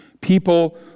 people